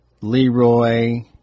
Leroy